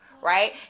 right